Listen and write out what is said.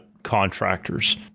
contractors